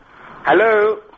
Hello